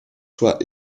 soit